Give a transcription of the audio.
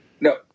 No